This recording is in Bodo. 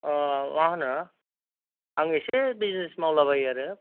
अ मा होनो आं इसे बिजिनेस मावलाबायो आरो